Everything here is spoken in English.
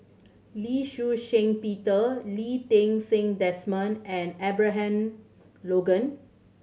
Lee Shih Shiong Peter Lee Ti Seng Desmond and Abraham Logan